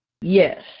Yes